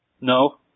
No